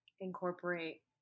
incorporate